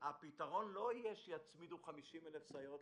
הפתרון לא יהיה שיצמידו 50,000 סייעות,